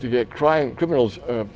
to get crying criminals